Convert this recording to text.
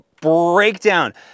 Breakdown